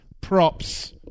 props